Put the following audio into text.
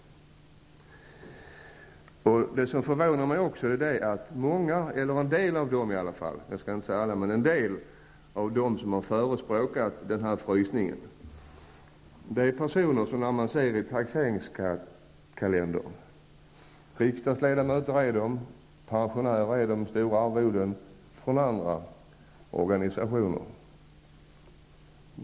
Det som också förvånar mig är att en del av dem som har förespråkat denna frysning, enligt taxeringskalendern är, riksdagsledamöter och pensionärer med stora arvoden från andra organisationer.